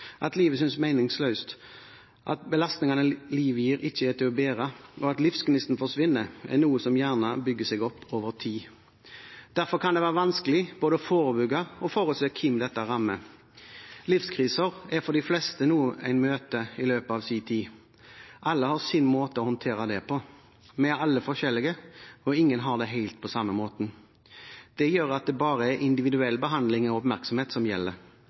At livet synes meningsløst, at belastningene livet gir, ikke er til å bære, og at livsgnisten forsvinner, er noe som gjerne bygger seg opp over tid. Derfor kan det være vanskelig både å forebygge og forutse hvem dette rammer. Livskriser er for de fleste noe en møter i løpet av sin tid. Alle har sin måte å håndtere det på. Vi er alle forskjellige, ingen har det helt på samme måten. Det gjør at det bare er individuell behandling og oppmerksomhet som gjelder.